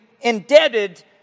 indebted